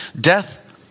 death